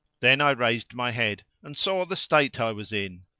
then i raised my head and saw the state i was in,